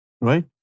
right